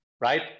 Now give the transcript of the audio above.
Right